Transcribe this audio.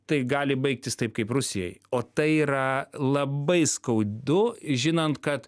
tai gali baigtis taip kaip rusijai o tai yra labai skaudu žinant kad